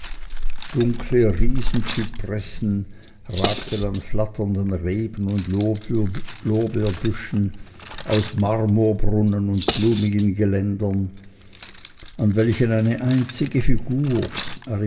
dunkle riesenzypressen ragten aus flatternden reben und lorbeerbüschen aus marmorbrunnen und blumigen geländern an welchen eine einzige figur